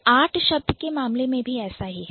Art art शब्द के मामले में भी ऐसा ही है